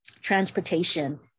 transportation